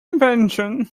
invention